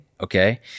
okay